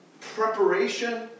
preparation